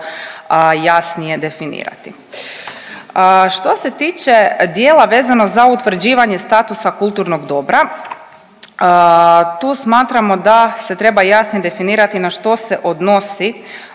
jasnije definirati. Što se tiče dijela vezano za utvrđivanje statusa kulturnog dobra tu smatramo da se treba jasnije definirati na što se odnosi